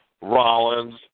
Rollins